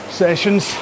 sessions